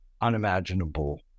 unimaginable